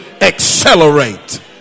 accelerate